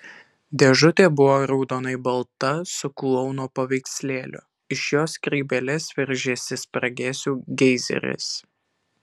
dėžutė buvo raudonai balta su klouno paveikslėliu iš jo skrybėlės veržėsi spragėsių geizeris